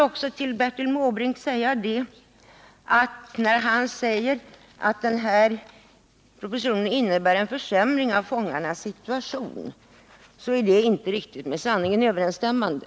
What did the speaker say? När Bertil Måbrink säger att propositionen innebär en försämring av fångarnas situation är det inte riktigt med sanningen överensstämmande.